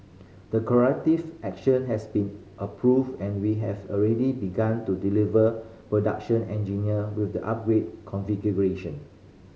the corrective action has been approved and we have already begun to deliver production engine with the upgraded configuration